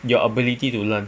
your ability to learn